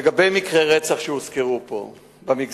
לגבי מקרי רצח שהוזכרו במגזר,